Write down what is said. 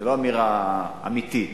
לא אמירה אמיתית.